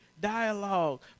dialogue